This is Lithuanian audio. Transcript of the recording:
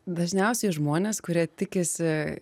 dažniausiai žmonės kurie tikisi